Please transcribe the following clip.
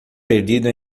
perdido